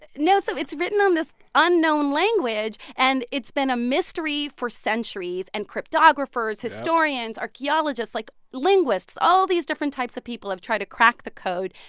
no. so it's written on this unknown language, and it's been a mystery for centuries. and cryptographers, historians, archaeologists, like, linguists, all of these different types of people have tried to crack the code.